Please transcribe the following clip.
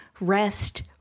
rest